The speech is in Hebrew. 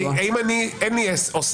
הרי אם אין לי עוסק,